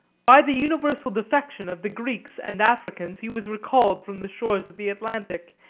by the universal defection of the greeks and africans he was recalled from the shores of the atlantic,